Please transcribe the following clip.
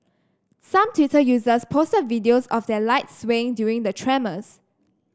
some Twitter users posted videos of their lights swaying during the tremors